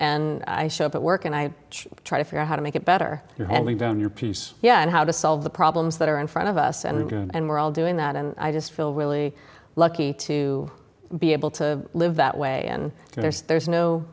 and i show up at work and i try to figure out how to make it better and we don't you piece yeah and how to solve the problems that are in front of us and we are and we're all doing that and i just feel really lucky to be able to live that way and there's there's no